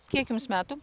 kiek jums metų